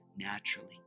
Naturally